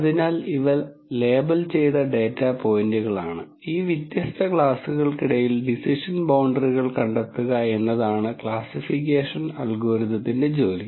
അതിനാൽ ഇവ ലേബൽ ചെയ്ത ഡാറ്റാ പോയിന്റുകളാണ് ഈ വ്യത്യസ്ത ക്ലാസുകൾക്കിടയിൽ ഡിസിഷൻ ബൌണ്ടറികൾ കണ്ടെത്തുക എന്നതാണ് ക്ലാസിഫിക്കേഷൻ അൽഗോരിതത്തിന്റെ ജോലി